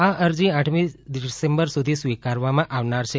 વાંધા અરજી આઠમી ડિસેમ્બર સુધી સ્વીકારવામાં આવનાર છે